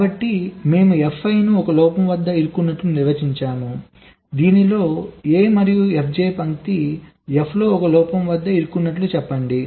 కాబట్టి మేము fi ను 1 లోపం వద్ద ఇరుక్కున్నట్లు నిర్వచించాము దీనిలో A మరియు fj పంక్తి f లో 1 లోపం వద్ద ఇరుక్కున్నట్లు చెప్పండి